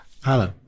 Hello